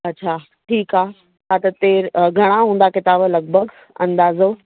अच्छा ठीकु आहे हा त तेर घणा हूंदा किताब लॻभॻि अंदाज़ो